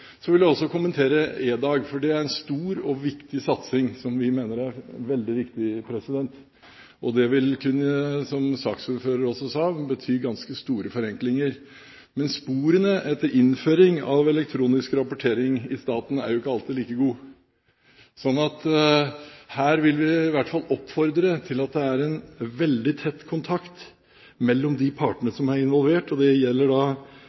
Så vil jeg også kommentere EDAG, for det er en stor og viktig satsing, som vi mener er veldig viktig. Det vil, som saksordføreren også sa, kunne bety ganske store forenklinger. Men sporene etter innføring av elektronisk rapportering i staten er ikke alltid like god, så her vil vi i hvert fall oppfordre til veldig tett kontakt mellom de partene som er involvert. Det gjelder